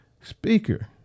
speaker